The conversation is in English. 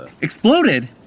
Exploded